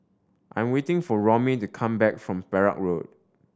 I'm waiting for Romie to come back from Perak Road